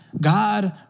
God